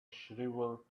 shriveled